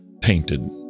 painted